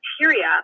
bacteria